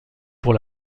pour